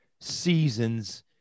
seasons